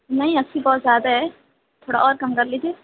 نہیں اَسی بہت زیادہ ہے تھوڑا اور کم کر لیجئے